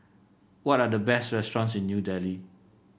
what are the best restaurants in New Delhi